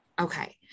Okay